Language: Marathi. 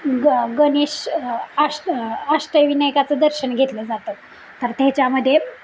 ग गणेश आष्ट अष्टविनायकाचं दर्शन घेतलं जातं तर त्याच्यामध्ये